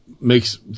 makes